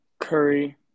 Curry